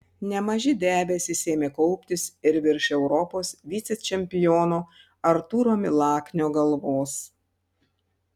nemaži debesys ėmė kauptis ir virš europos vicečempiono artūro milaknio galvos